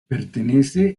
pertenece